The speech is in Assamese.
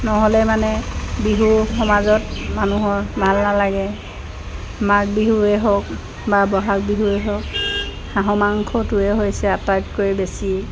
নহ'লে মানে বিহু সমাজত মানুহৰ ভাল নালাগে মাঘ বিহুৱে হওক বা বহাগ বিহুৱেই হওক হাঁহৰ মাংসটোৱে হৈছে আটাইতকৈ বেছি